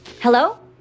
Hello